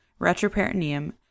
retroperitoneum